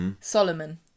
Solomon